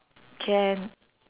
can